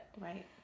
Right